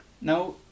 Now